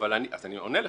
אז אני עונה לך.